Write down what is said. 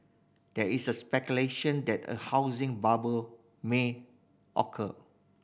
there is speculation that a housing bubble may occur